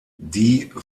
die